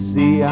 See